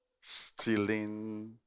stealing